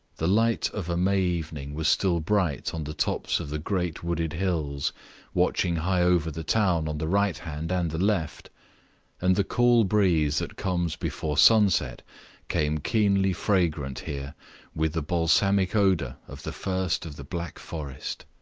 the light of a may evening was still bright on the tops of the great wooded hills watching high over the town on the right hand and the left and the cool breeze that comes before sunset came keenly fragrant here with the balsamic odor of the first of the black forest.